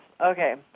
okay